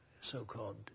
so-called